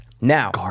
Now